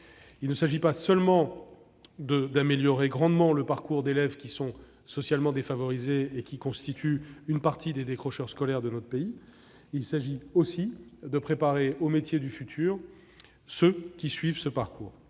Il s'agit non pas seulement d'améliorer grandement le parcours d'élèves socialement défavorisés et constituant une partie des décrocheurs scolaires de notre pays, mais aussi de préparer aux métiers du futur ceux qui suivent ce parcours.